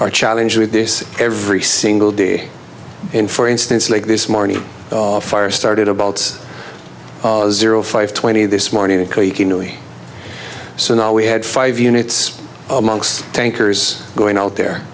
are challenge with this every single day and for instance late this morning the fire started about zero five twenty this morning so now we had five units monks tankers going out there